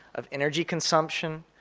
of energy consumption,